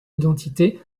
identité